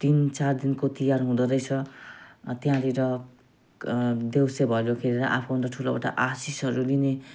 तिन चार दिनको तिहार हुँदोरहेछ त्यहाँनिर देउसी भैलो खेलेर आफूभन्दा ठुलोबाट आशीषहरू लिने